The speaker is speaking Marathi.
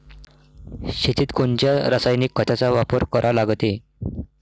शेतीत कोनच्या रासायनिक खताचा वापर करा लागते?